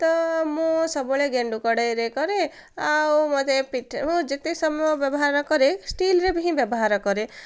ତ ମୁଁ ସବୁବେଳେ ଗେଣ୍ଡୁ କଡ଼େଇରେ କରେ ଆଉ ମୋତେ ମୁଁ ଯେତିକି ସମୟ ବ୍ୟବହାର କରେ ଷ୍ଟିଲରେ ହିଁ ବ୍ୟବହାର କରେ